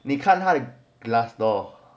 你看他的 glassdoor